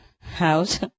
house